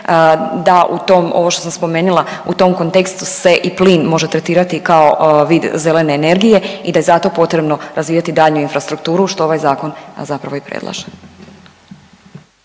da u tom ovo što sam spomenula u tom kontekstu se i plin može tretirati kao vid zelene energije i da je zato potrebno razvijati daljnju infrastrukturu što ovaj zakon zapravo i predlaže.